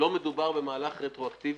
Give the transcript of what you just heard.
לא מדובר במהלך רטרואקטיבי,